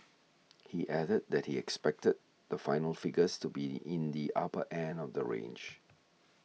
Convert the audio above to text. he added that he expected the final figures to be the in the upper end of that range